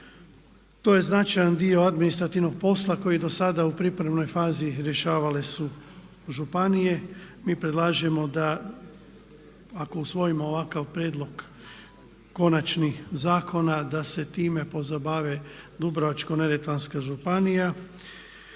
To je značajan dio administrativnog posla koji je dosada u pripremnoj fazi rješavale su županije. Mi predlažemo da ako usvojimo ovakav prijedlog konačni zakona da se time pozabave Dubrovačko-neretvanska županija,